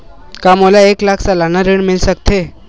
का मोला एक लाख सालाना ऋण मिल सकथे?